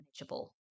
manageable